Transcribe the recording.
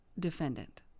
defendant